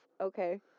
Okay